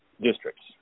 districts